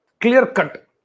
clear-cut